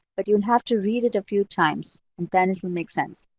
but you and have to read it a few times, and then it will make sense.